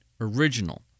original